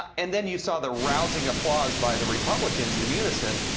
and then you saw the rousing applause by the republicans in unison.